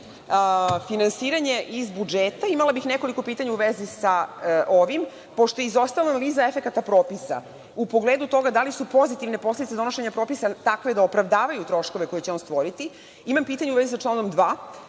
itd? Finansiranje iz budžeta. Imala bih nekoliko pitanja u vezi sa ovim, pošto je izostao niz efekata propisa, u pogledu toga da li su pozitivne posledice donošenja propisa takve da opravdavaju troškove koje će on stvoriti. Imam pitanje u vezi sa članom 2.